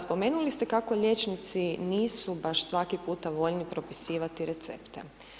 Spomenuli ste kako liječnici nisu baš svaki puta voljni propisivati recepte.